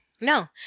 No